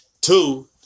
Two